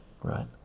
Right